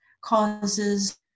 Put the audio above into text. causes